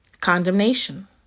condemnation